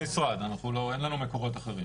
--- מהמשרד, אין לנו מקורות אחרים.